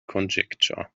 conjecture